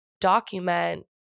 document